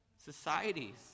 Societies